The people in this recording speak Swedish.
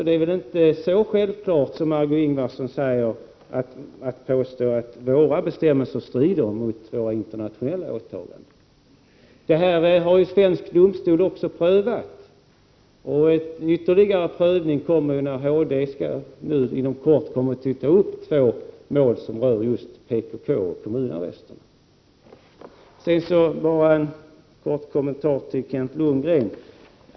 Det är därför inte självklart, som Marg6 Ingvardsson vill göra gällande, att våra bestämmelser strider mot våra internationella åtaganden. Detta har också svensk domstol prövat. En ytterligare prövning kommer när HD nu inom kort tar upp två mål som rör just PKK och kommunarresterna. Så bara en kort kommentar till Kent Lundgren.